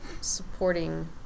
supporting